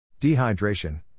Dehydration